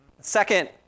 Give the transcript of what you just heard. Second